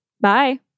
Bye